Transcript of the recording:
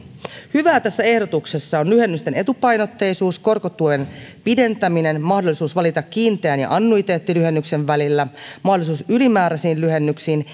hyvää tässä ehdotuksessa on lyhennysten etupainotteisuus korkotuen pidentäminen mahdollisuus valita kiinteän ja annuiteettilyhennyksen välillä mahdollisuus ylimääräisiin lyhennyksiin